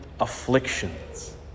afflictions